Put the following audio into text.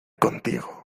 contigo